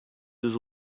deux